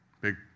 Big